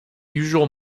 usual